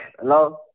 Hello